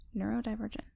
neurodivergent